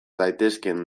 daitezkeen